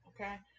okay